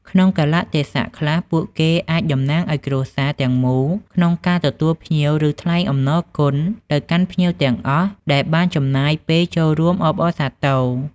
ក្នុងកាលៈទេសៈខ្លះ ពួកគេអាច តំណាងឱ្យគ្រួសារ ទាំងមូលក្នុងការ ទទួលភ្ញៀវ ឬ ថ្លែងអំណរគុណ ទៅកាន់ភ្ញៀវទាំងអស់ដែលបានចំណាយពេលចូលរួមអបអរសាទរ។